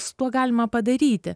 su tuo galima padaryti